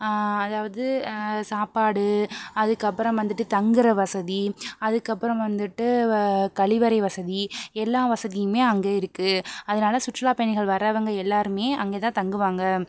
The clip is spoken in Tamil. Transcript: அதாவது சாப்பாடு அதுக்கு அப்புறம் வந்துவிட்டு தங்குகிற வசதி அதுக்கு அப்புறம் வந்துவிட்டு கழிவறை வசதி எல்லா வசதியுமே அங்கே இருக்கு அதனால் சுற்றுலா பயணிகள் வரவங்க எல்லாருமே அங்கே தான் தங்குவாங்க